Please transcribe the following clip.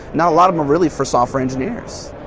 not a lot of them really for software engineers